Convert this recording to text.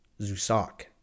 Zusak